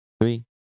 three